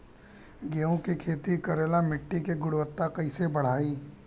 गेहूं के खेती करेला मिट्टी के गुणवत्ता कैसे बढ़ाई?